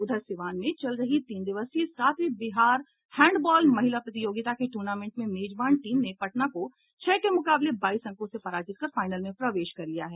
उधर सीवान में चल रही तीन दिवसीय सातवीं बिहार हैंडबॉल महिला प्रतियोगिता के टूर्नामेंट में मेजबान टीम ने पटना को छह के मुकाबले बाईस अंकों से पराजित कर फाइनल में प्रवेश कर लिया है